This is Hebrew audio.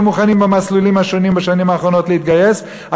מוכנים בשנים האחרונות להתגייס במסלולים השונים.